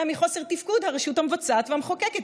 מחוסר תפקוד של הרשות המבצעת והמחוקקת,